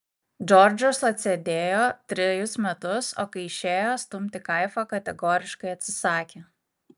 džordžas atsėdėjo trejus metus o kai išėjo stumti kaifą kategoriškai atsisakė